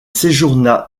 séjourna